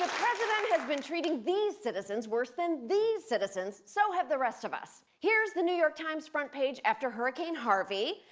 president has been treating these citizens worse than these citizens, so have the rest of us. here's the new york times front page after hurricane harvey.